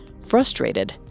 Frustrated